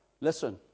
Listen